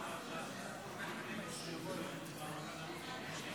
התקבלה בקריאה הטרומית ותעבור לוועדת הכלכלה לצורך